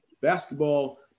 basketball